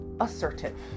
assertive